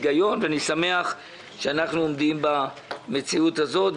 היגיון, ואני שמח שאנחנו עומדים במציאות הזאת.